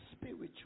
spiritual